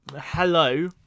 hello